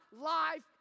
life